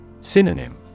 Synonym